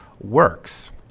works